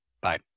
Bye